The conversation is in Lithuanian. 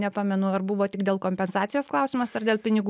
nepamenu ar buvo tik dėl kompensacijos klausimas ar dėl pinigų